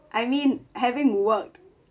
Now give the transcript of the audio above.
I mean having worked